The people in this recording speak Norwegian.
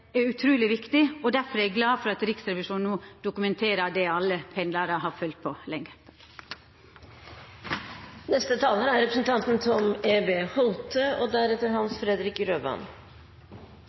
er utruleg viktig, Derfor er eg glad for at Riksrevisjonen no dokumenterer det alle pendlarar har følt på lenge. Det er,